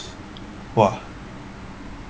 !wah!